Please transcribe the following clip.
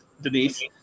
Denise